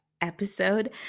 episode